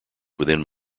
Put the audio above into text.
within